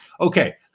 Okay